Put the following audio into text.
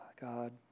God